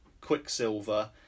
quicksilver